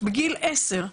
בגיל 10,